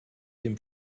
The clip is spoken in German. dem